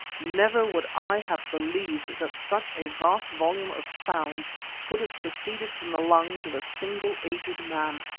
never would i have believed that such a vast volume of sound could have proceeded from the lungs of a single aged man.